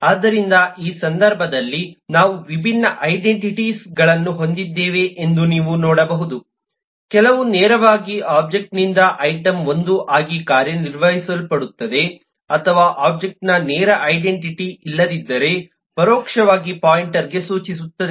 ಆದ್ದರಿಂದ ಈ ಸಂದರ್ಭದಲ್ಲಿ ನಾವು ವಿಭಿನ್ನ ಐಡೆಂಟಿಟಿಸ್ ಗಳನ್ನು ಹೊಂದಿದ್ದೇವೆ ಎಂದು ನೀವು ನೋಡಬಹುದು ಕೆಲವು ನೇರವಾಗಿ ಒಬ್ಜೆಕ್ಟ್ನಿಂದ ಐಟಂ 1 ಆಗಿ ನಿರ್ವಹಿಸಲ್ಪಡುತ್ತವೆ ಅಥವಾ ಒಬ್ಜೆಕ್ಟ್ನ ನೇರ ಐಡೆಂಟಿಟಿ ಇಲ್ಲದಿದ್ದರೆ ಪರೋಕ್ಷವಾಗಿ ಪಾಯಿಂಟರ್ಗೆ ಸೂಚಿಸುತ್ತದೆ